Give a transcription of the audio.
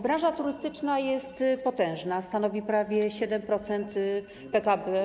Branża turystyczna jest potężna, stanowi prawie 7% PKB.